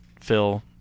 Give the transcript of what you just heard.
Phil